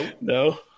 No